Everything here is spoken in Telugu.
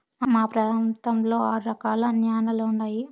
మా ప్రాంతంలో ఆరు రకాల న్యాలలు ఉన్నాయి